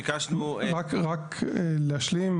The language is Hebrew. רק להשלים,